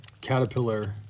Caterpillar